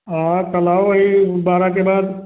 हाँ कल आओ वही बारह के बाद